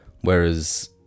Whereas